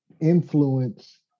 influence